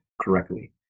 correctly